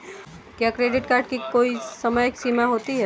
क्या credit card की कोई समय सीमा होती है?